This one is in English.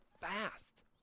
fast